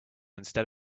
instead